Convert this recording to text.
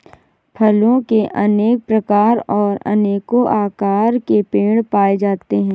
फलों के अनेक प्रकार और अनेको आकार के पेड़ पाए जाते है